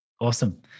awesome